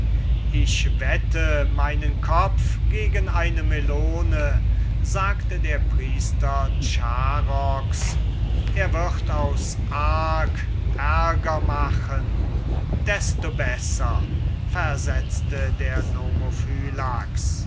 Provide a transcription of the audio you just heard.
ich wette meinen kopf gegen eine melone sagte der priester charox er wird aus arg ärger machen desto besser sagte der